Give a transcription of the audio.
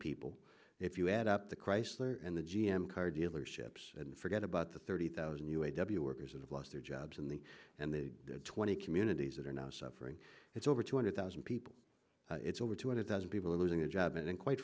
people if you add up the chrysler and the g m car dealerships and forget about the thirty thousand u a w workers who have lost their jobs in the and the twenty communities that are now suffering it's over two hundred thousand people it's over two hundred thousand people losing a job and quite